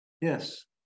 Yes